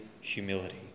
humility